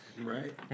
Right